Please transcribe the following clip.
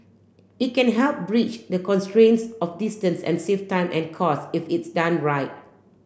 it can help bridge the constraints of distance and save time and costs if it's done right